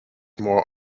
more